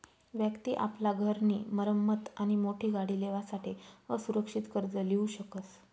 व्यक्ति आपला घर नी मरम्मत आणि मोठी गाडी लेवासाठे असुरक्षित कर्ज लीऊ शकस